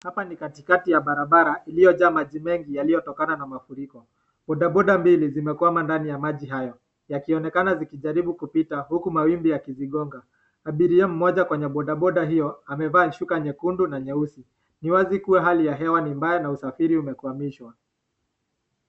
Hapa ni katikati ya barabara iliyojaa maji mengi yaliyotokana na mafuriko. Bodaboda mbili zimekwama ndani ya maji hayo yakionekana zikijaribu kupita huku mawimbi yakizigonga. Abiria mmoja kwenye bodaboda hiyo amevaa ishuka nyekundu na nyeusi. Ni wazi kuwa hali ya hewa ni mbaya na usafiri umekwamishwa.